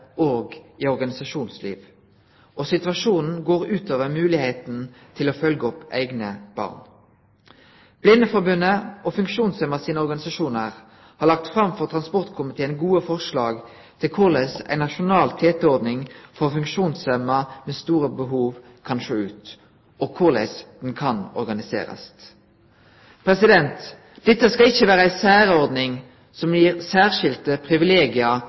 eller i organisasjonsliv, og situasjonen går ut over moglegheitene til å følgje opp eigne barn. Blindeforbundet og funksjonshemma sine organisasjonar har lagt fram for transportkomiteen gode forslag til korleis ei nasjonal TT-ordning for funksjonshemma med store behov kan sjå ut og korleis ho kan organiserast. Dette skal ikkje vere ei særordning som gir særskilde